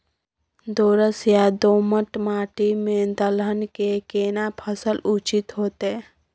दोरस या दोमट माटी में दलहन के केना फसल उचित होतै?